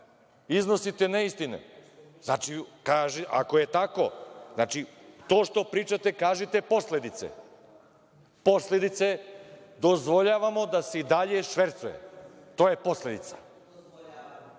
iznosite neistine. Znači, ako je tako, znači, to što pričate, kažite posledice. Posledice - dozvoljavamo da se i dalje švercuje. To je posledica.